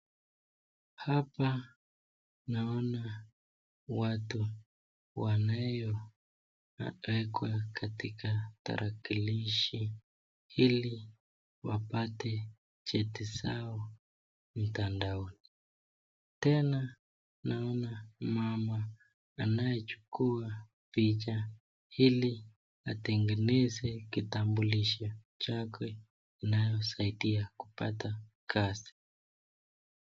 Hapa naona watu wanayoekwa katika tarakilishi ili wapate cheti zao mitandaoni. Tena naona mama anayechukua picha ili apate kitambulisho chake inayosaidia kuoata kazi.